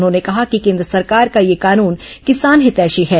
उन्होंने कहा कि केन्द्र सरकार का यह कानून किसान हितैषी है